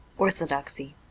orthodoxy